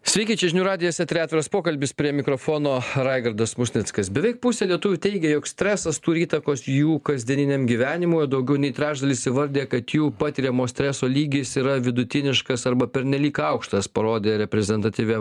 sveiki čia žinių radijas eteryje atviras pokalbis prie mikrofono raigardas musnickas beveik pusė lietuvių teigia jog stresas turi įtakos jų kasdieniniam gyvenimui daugiau nei trečdalis įvardija kad jų patiriamo streso lygis yra vidutiniškas arba pernelyg aukštas parodė reprezentatyvi